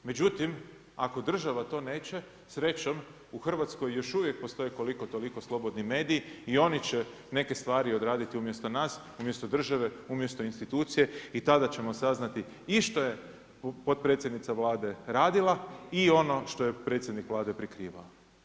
Međutim, ako država to neće, srećom u Hrvatskoj još uvijek postoji koliko-toliko slobodni mediji i oni će neke stvari odraditi umjesto nas, umjesto države, umjesto institucije i tada ćemo saznati i što je potpredsjednica Vlade radila i ono što je predsjednik Vlade prikrivao.